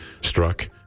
struck